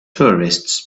tourists